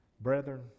Brethren